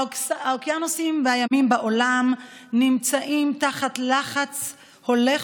האוקיינוסים והימים בעולם נמצאים תחת לחץ הולך